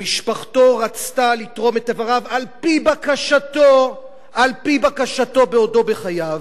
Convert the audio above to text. ומשפחתו רצתה לתרום את איבריו על-פי בקשתו בעודו בחייו,